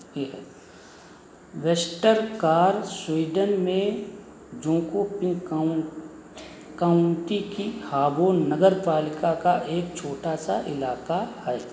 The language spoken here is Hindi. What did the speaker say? वेस्टरकार स्वीडन में जोंकोपिंग काउ काउंटी की हाबो नगरपालिका का एक छोटा सा इलाका है